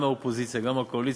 גם מהאופוזיציה וגם מהקואליציה,